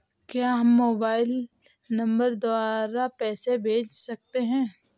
क्या हम mobile number द्वारा पैसे भेज सकते हैं?